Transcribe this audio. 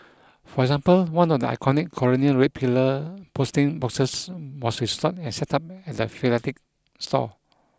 for example one of the iconic colonial red pillar posting boxes was restored and set up at the philatelic store